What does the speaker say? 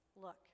look